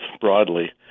broadly